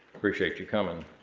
appreciate you coming.